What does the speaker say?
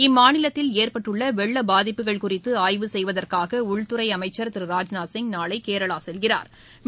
இம்மாநிலத்தில் ஏற்பட்டுள்ள வெள்ள பாதிப்புகள் குறித்து ஆய்வு செய்வதற்காக உள்துறை அமைச்சா் திரு ராஜ்நாத்சிங் நாளை கேரளா செல்கிறாா்